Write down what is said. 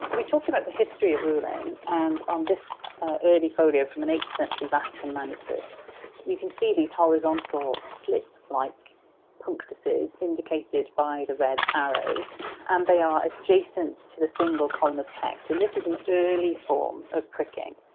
so we talked about the history of ruling, and on this early folio from an eighth-century vatican manuscript you can see these horizontal slit-like like punctuses indicated by the red arrows and they are adjacent to the single-column of text. and this is an early form of pricking,